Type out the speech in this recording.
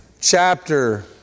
chapter